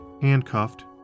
handcuffed